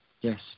yes